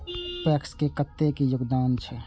PACS के कतेक योगदान छै?